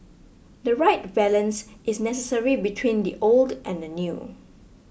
the right balance is necessary between the old and the new